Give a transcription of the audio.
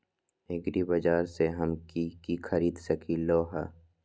एग्रीबाजार से हम की की खरीद सकलियै ह?